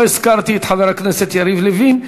לא הזכרתי את חבר הכנסת יריב לוין,